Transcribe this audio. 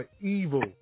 evil